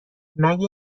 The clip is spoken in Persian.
مگه